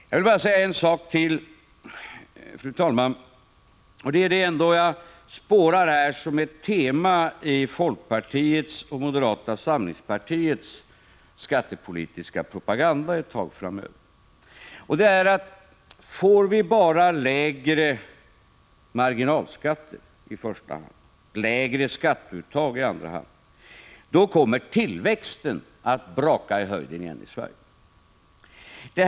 Jag vill bara säga ytterligare en sak, och det gäller vad jag här kan spåra som ett tema i folkpartiets och moderata samlingspartiets skattepolitiska propaganda ett tag framöver. Den gör gällande att om vi bara får lägre marginalskatter i första hand och mindre skatteuttag i andra hand, kommer tillväxten att återigen braka i höjden i Sverige.